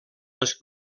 les